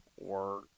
work